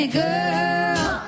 girl